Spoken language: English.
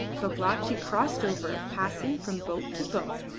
babalatchi crossed over, passing from boat to boat,